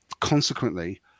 consequently